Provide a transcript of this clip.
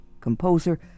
composer